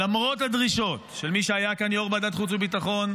למרות הדרישות של מי שהיה כאן יו"ר ועדת חוץ וביטחון,